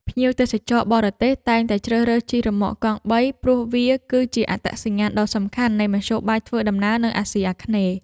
ភ្ញៀវទេសចរបរទេសតែងតែជ្រើសរើសជិះរ៉ឺម៉កកង់បីព្រោះវាគឺជាអត្តសញ្ញាណដ៏សំខាន់នៃមធ្យោបាយធ្វើដំណើរនៅអាស៊ីអាគ្នេយ៍។